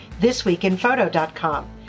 thisweekinphoto.com